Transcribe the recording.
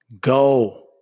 Go